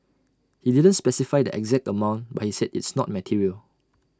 he didn't specify the exact amount but he said it's not material